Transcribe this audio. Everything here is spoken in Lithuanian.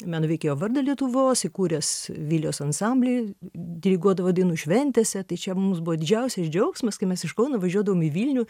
meno veikėjo vardą lietuvos įkūręs vilijos ansamblį diriguodavo dainų šventėse tai čia mums buvo didžiausias džiaugsmas kai mes iš kauno važiuodavom į vilnių